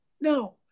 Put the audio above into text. No